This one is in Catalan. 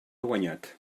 guanyat